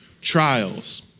trials